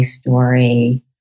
story